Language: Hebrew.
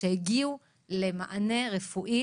שהגיעו למענה רפואי